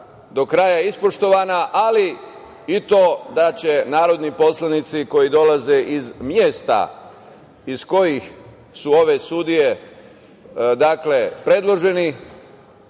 do kraja ispoštovana, ali i to da će narodni poslanici koji dolaze iz mesta iz kojih su ove sudije predloženi